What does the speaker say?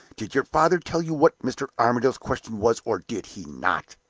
did your father tell you what mr. armadale's question was, or did he not?